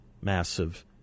massive